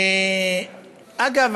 אגב,